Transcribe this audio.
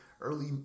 early